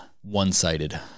one-sided